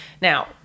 Now